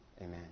amen